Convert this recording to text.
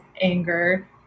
anger